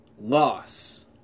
loss